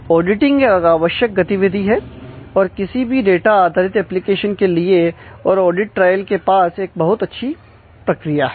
auditing एक आवश्यक गतिविधि है किसी भी डाटा आधारित एप्लीकेशन के लिए और ऑडिट ट्रायल के पास एक बहुत अच्छी प्रक्रिया है